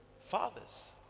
Fathers